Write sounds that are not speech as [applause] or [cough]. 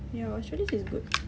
ya Australis is good [noise]